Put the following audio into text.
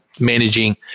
managing